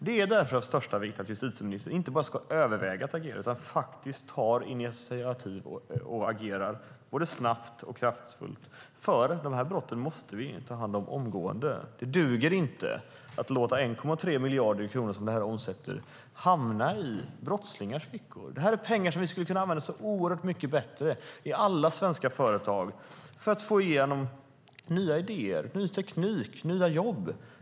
Det är därför av största vikt att justitieministern inte bara överväger att agera utan faktiskt tar initiativ och agerar både snabbt och kraftfullt, för de här brotten måste vi ta hand om omgående. Det duger inte att låta 1,3 miljarder kronor, som detta omsätter, hamna i brottslingars fickor. Det är pengar som vi skulle kunna använda oerhört mycket bättre i alla svenska företag för att få igenom nya idéer, ny teknik och nya jobb.